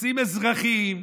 נושאים אזרחיים,